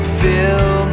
fill